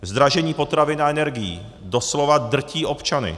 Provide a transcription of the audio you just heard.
Zdražení potravin a energií doslova drtí občany.